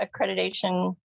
accreditation